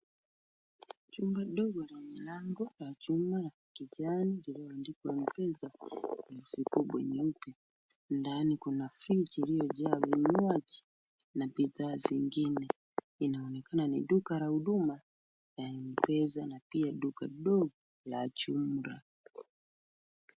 Chumba ndogo la milango ya chuma ya kijani liliyoandikwa M-Pesa na herufi kubwa nyeupe. Ndani kuna friji iliyojaa vinywaji na bidhaa zingine. Inaonekana ni duka la huduma ya M-pesa na pia duka ndogo la jumla.